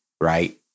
right